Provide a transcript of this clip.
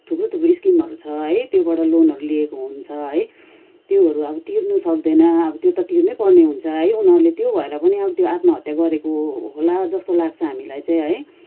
थुप्रो थुप्रो स्किमहरू छ है त्योबाट लोनहरू लिएको हुन्छ है त्योहरू अब तिर्नु सक्दैन अब त्यो त तिर्नैपर्ने हुन्छ है उनीहरूले त्यो भएर पनि अब त्यो आत्महत्या गरेको होला जस्तो लाग्छ हामीलाई चाहिँ है